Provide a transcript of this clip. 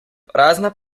prazna